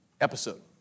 episode